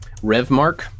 Revmark